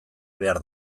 behar